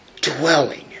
Dwelling